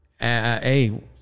hey